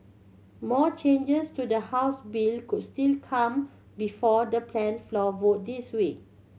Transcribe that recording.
more changes to the House bill could still come before the planned floor vote this week